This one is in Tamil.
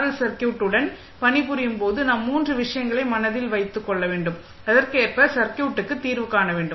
எல் சர்க்யூட்டுடன் பணிபுரியும் போது நாம் 3 விஷயங்களை மனதில் வைத்துக் கொள்ள வேண்டும் அதற்கேற்ப சர்க்யூட்டுக்கு தீர்வு காண வேண்டும்